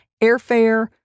airfare